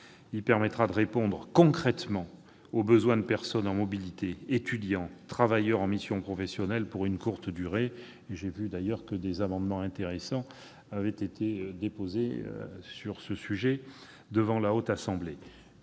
Il permettra de répondre concrètement aux besoins de personnes en mobilité, étudiants ou travailleurs en mission professionnelle pour une courte durée. J'ai vu d'ailleurs que des amendements intéressants avaient été déposés sur le sujet. Il s'agit là encore